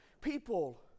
people